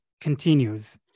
continues